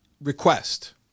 request